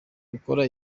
gukora